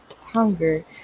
hunger